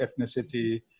ethnicity